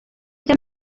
rya